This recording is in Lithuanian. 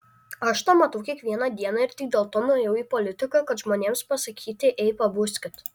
aš tą matau kiekvieną dieną ir tik dėl to nuėjau į politiką kad žmonėms pasakyti ei pabuskit